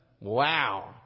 Wow